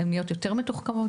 הן נהיות יותר מתוחכמות,